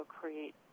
create